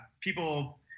people